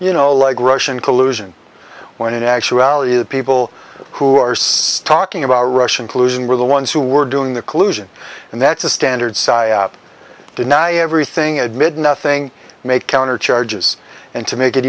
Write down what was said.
you know like russian collusion when in actuality the people who are says talking about russian collusion were the ones who were doing the collusion and that's the standard psyop deny everything admit nothing make countercharges and to make it